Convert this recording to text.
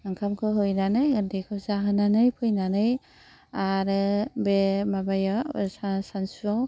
ओंखामखौ हैनानै ओन्दैखौ जाहोनानै फैनानै आरो बे माबाया सानसुआव